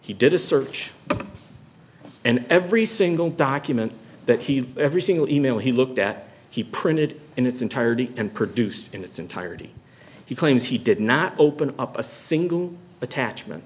he did a search and every single document that he every single e mail he looked at he printed in its entirety and produced in its entirety he claims he did not open up a single attachment